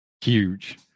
Huge